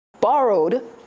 borrowed